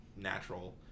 natural